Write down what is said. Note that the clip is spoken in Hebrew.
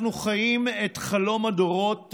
אנחנו חיים את חלום הדורות,